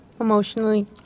Emotionally